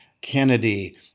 Kennedy